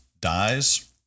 dies